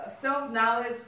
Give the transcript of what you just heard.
Self-knowledge